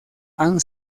han